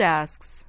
asks